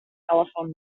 telephone